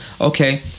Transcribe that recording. okay